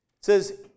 says